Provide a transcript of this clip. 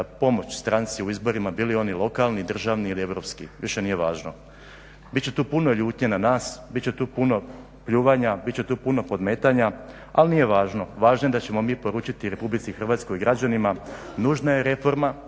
pomoć stranci u izborima, bilo oni lokalni, državni ili europski, više nije važno. Bit će tu puno ljutnje na nas, bit će tu puno pljuvanja, bit će tu puno podmetanja ali nije važno, važno je da ćemo mi poručiti RH i građanima, nužna je reforma,